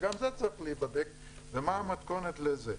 שגם זה צריך להיבדק ומה המתכונת לזה.